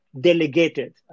delegated